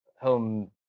home